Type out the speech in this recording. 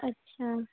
اچھا